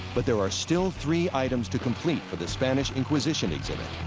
but there are still three items to complete for the spanish inquisition exhibit.